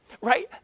right